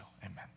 Amen